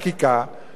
ובג"ץ,